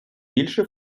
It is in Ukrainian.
більше